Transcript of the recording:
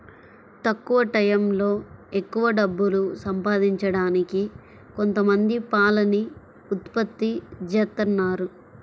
తక్కువ టైయ్యంలో ఎక్కవ డబ్బులు సంపాదించడానికి కొంతమంది పాలని ఉత్పత్తి జేత్తన్నారు